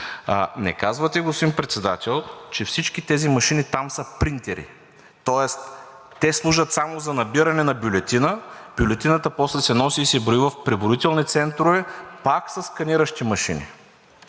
не казвате, господин Председател, че всички тези машини там са принтери. Тоест те служат само за набиране на бюлетина, бюлетината после се носи и се брои в преброителни центрове пак със сканиращи машини.